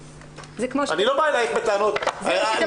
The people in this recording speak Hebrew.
היה ראוי שישב כאן נציג מהפרקליטות.